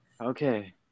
Okay